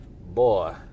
Boy